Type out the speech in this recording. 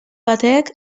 batek